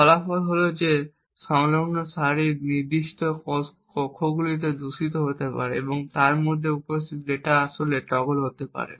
ফলাফল হল যে সংলগ্ন সারির নির্দিষ্ট কক্ষগুলি দূষিত হতে পারে এবং তাদের মধ্যে উপস্থিত ডেটা আসলে টগল হতে পারে